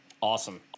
Awesome